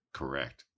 correct